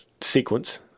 sequence